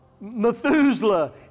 Methuselah